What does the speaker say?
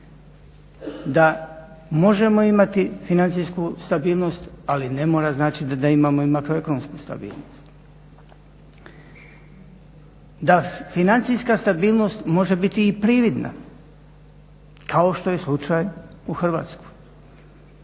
Možemo imati financijsku stabilnost, ali ne mora značiti da imamo i makroekonomsku stabilnost, da financijska stabilnost može biti i prividna kao što je slučaj u Hrvatskoj.